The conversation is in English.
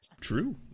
True